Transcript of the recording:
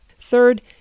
Third